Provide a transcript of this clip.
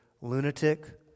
lunatic